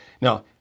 Now